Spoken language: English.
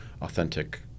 authentic